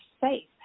safe